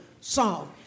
song